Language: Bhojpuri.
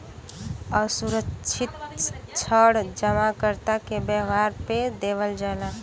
असुरक्षित ऋण जमाकर्ता के व्यवहार पे देवल जाला